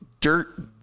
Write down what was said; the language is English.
dirt